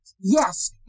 Yes